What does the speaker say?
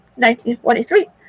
1943